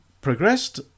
progressed